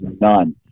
none